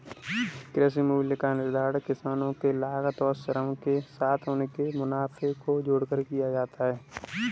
कृषि मूल्य का निर्धारण किसानों के लागत और श्रम के साथ उनके मुनाफे को जोड़कर किया जाता है